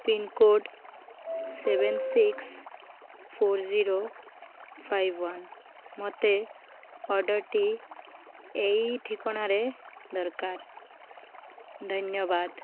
pincode seven six four zero five one ମୋତେ ଅର୍ଡ଼ରଟି ଏଇ ଠିକଣାରେ ଦରକାର ଧନ୍ୟବାଦ